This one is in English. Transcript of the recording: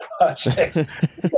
projects